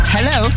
Hello